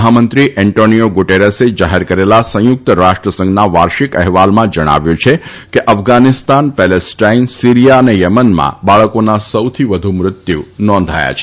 મહામંત્રી એન્ટોનીઓ ગુટેરસે જાહેર કરેલા સંયુક્ત રાષ્ટ્ર સંઘના વાર્ષિક અહેવાલમાં જણાવ્યું છે કે અફઘાનિસ્તાન પ્લેસ્ટાઇન સીરીયા અને યેમનમાં બાળકોના સૌથી વધુ મૃત્યુ થયા છે